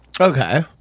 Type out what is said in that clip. Okay